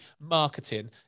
marketing